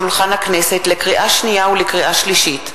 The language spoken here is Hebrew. לקריאה שנייה ולקריאה שלישית: